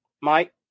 Mike